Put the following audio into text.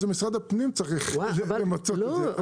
אז משרד הפנים צריך למצות את זה.